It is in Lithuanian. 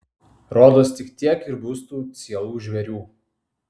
rodos tik tiek ir bus tų cielų žvėrių